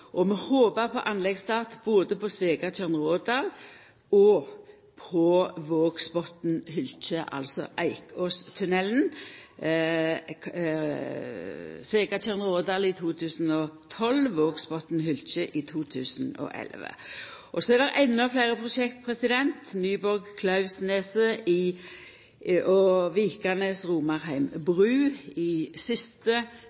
og vi håpar på anleggsstart både på Svegatjørn–Rådal og på Vågsbotn–Hylkje – altså Eikåstunnelen. Svegatjørn–Rådal i 2012, Vågsbotn–Hylkje i 2011. Så er det endå fleire prosjekt: Nyborg–Klauvaneset og Vikanes–Romarheim bru i